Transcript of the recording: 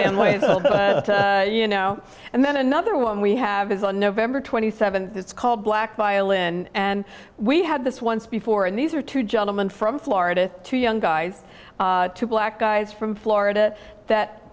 y you know and then another one we have is on november twenty seventh it's called black violin and we had this once before and these are two gentlemen from florida two young guys two black guys from florida that